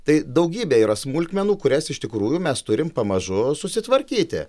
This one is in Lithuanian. tai daugybė yra smulkmenų kurias iš tikrųjų mes turim pamažu susitvarkyti